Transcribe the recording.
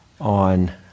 on